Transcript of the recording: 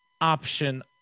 option